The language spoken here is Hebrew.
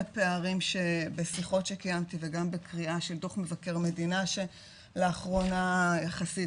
פערים שבשיחות שקיימתי וגם בקריאה של דוח מבקר המדינה שלאחרונה יחסית,